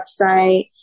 website